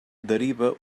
deriva